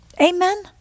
Amen